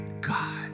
God